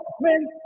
men